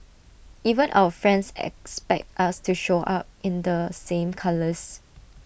even our friends expect us to show up in the same colours